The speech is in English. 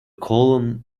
column